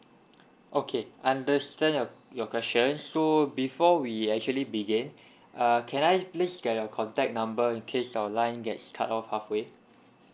okay understand your your question so before we actually begin uh can I please get your contact number in case your line gets cut off halfway